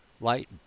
light